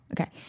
Okay